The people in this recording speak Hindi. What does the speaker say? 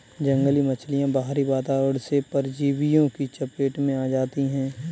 जंगली मछलियाँ बाहरी वातावरण से परजीवियों की चपेट में आ जाती हैं